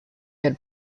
had